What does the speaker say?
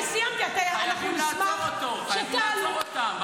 חייבים, חייבים לעצור את זה.